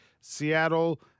Seattle